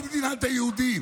במדינה היהודית,